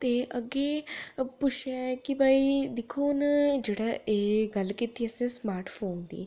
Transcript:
ते अग्गें पुच्छेआ ऐ कि भाई दिक्खो हून जेह्ड़ा एह् गल्ल कीती असें स्मार्ट फोन दी